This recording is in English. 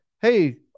hey